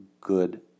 good